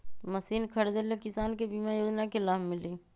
Machine खरीदे ले किसान के बीमा योजना के लाभ मिली?